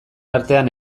artean